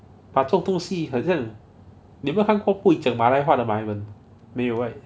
买错东西很像你有没有看过不会讲马来话的马来人没有 right